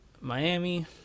Miami